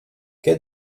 què